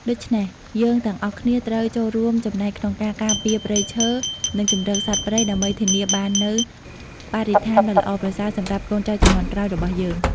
ដូច្នេះ យើងទាំងអស់គ្នាត្រូវចូលរួមចំណែកក្នុងការការពារព្រៃឈើ និងជម្រកសត្វព្រៃ ដើម្បីធានាបាននូវបរិស្ថានដ៏ល្អប្រសើរសម្រាប់កូនចៅជំនាន់ក្រោយរបស់យើង។